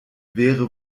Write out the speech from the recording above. wäre